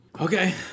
Okay